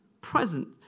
present